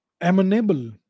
amenable